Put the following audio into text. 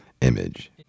image